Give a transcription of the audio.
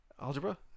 algebra